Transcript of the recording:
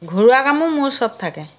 ঘৰুৱা কামো মোৰ চব থাকে